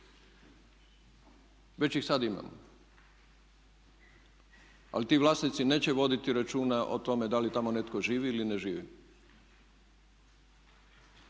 Već ih sada imamo. Ali ti vlasnici neće voditi računa o tome da li tamo netko živi ili ne živi.